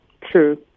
true